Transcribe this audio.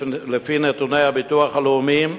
לפי נתוני הביטוח הלאומי,